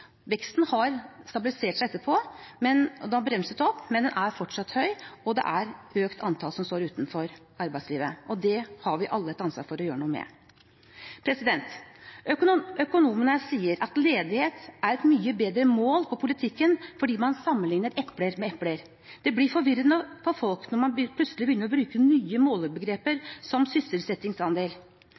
er fortsatt høy. Det er et økt antall som står utenfor arbeidslivet, og det har vi alle et ansvar for å gjøre noe med. Økonomene sier at ledighet er et mye bedre mål på politikken fordi man sammenlikner epler med epler. Det blir forvirrende for folk når man plutselig begynner å bruke nye målebegreper – som